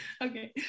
Okay